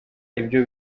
ibyo